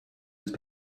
use